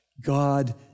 God